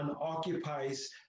occupies